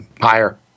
higher